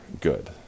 good